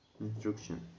Instruction